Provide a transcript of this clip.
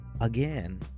again